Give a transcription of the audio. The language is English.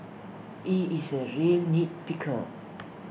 he is A real nitpicker